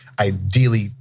ideally